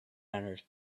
entered